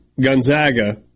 Gonzaga